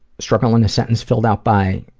struggle in a sentence, filled out by,